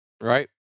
right